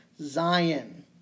Zion